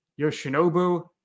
Yoshinobu